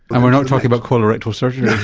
and we're not talking about colorectal surgery yeah